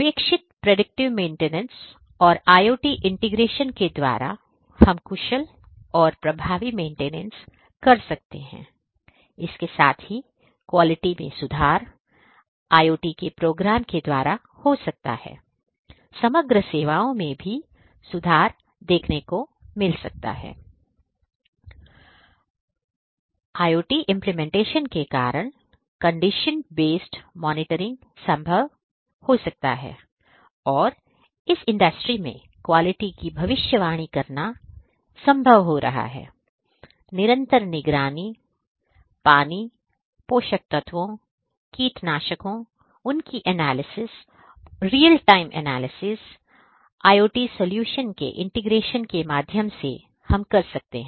अपेक्षित predictive maintenance और IOT integration के द्वारा हम कुशल और प्रभावी मेंटेनेंस कर सकते हैं इसके साथ ही क्वालिटी में सुधार IOT के प्रोग्राम के द्वारा हो सकता है समग्र सेवाओं में भी सुधार देखने को मिल सकता है IOT इंप्लीमेंटेशन के कारण कंडीशन बेस्ड मॉनिटरिंग संभव हो सकता है और इस इंडस्ट्री में क्वालिटी की भविष्यवाणी करना संभव हो रहा है निरंतर निगरानी पानी पोषक तत्वों कीटनाशकों उनकी एनालिसिस और real time analysis IoT solution के इंटीग्रेशन के माध्यम से हम कर सकते हैं